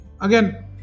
Again